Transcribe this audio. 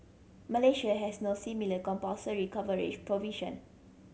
Malaysia has no similar compulsory coverage provision